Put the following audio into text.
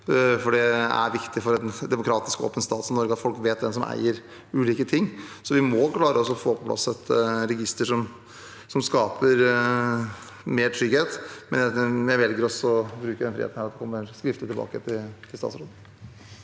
Det er viktig i en demokratisk og åpen stat som Norge at folk vet hvem som eier ulike ting. Så vi må klare å få på plass et register som skaper mer trygghet. Men jeg velger å bruke den friheten jeg har, til å komme skriftlig tilbake til statsråden